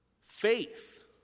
Faith